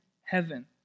heaven